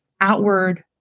outward